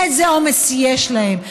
איזה עומס יש עליהם,